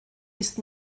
ist